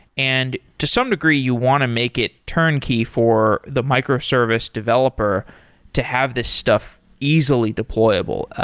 and to some degree, you want to make it turnkey for the microservice developer to have this stuff easily deployable.